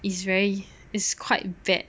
is very is quite bad